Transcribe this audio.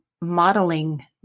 modeling